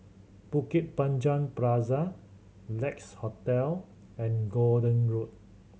Bukit Panjang Plaza Lex Hotel and Gordon Road